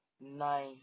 nice